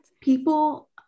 people